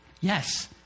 yes